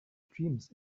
dreams